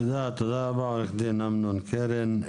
תודה רבה, עו"ד אמנון קרן.